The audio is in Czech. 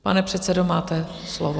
Pane předsedo, máte slovo.